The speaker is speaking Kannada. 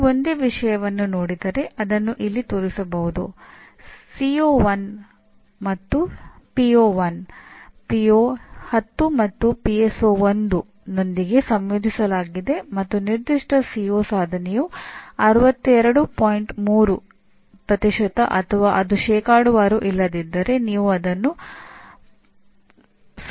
ನೀವು ಒಂದೇ ವಿಷಯವನ್ನು ನೋಡಿದರೆ ಅದನ್ನು ಇಲ್ಲಿ ತೋರಿಸಬಹುದು